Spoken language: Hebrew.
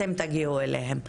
אתם תגיעו אליהם.